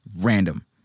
random